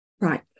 Right